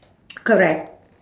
correct